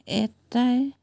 এটাই